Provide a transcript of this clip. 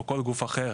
או כל גוף אחר,